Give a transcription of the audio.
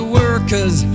workers